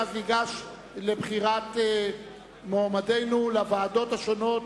ואז ניגש לבחירת מועמדינו לוועדות השונות,